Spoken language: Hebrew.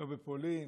לא בפולין,